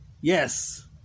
Yes